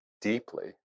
deeply